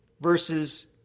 versus